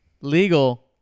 legal